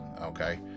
Okay